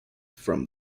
from